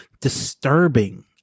disturbing